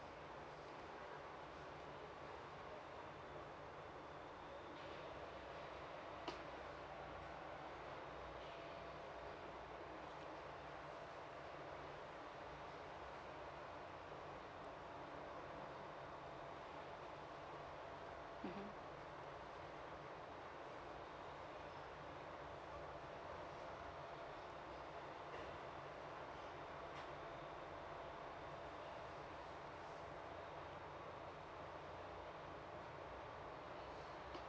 mmhmm